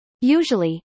Usually